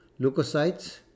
leukocytes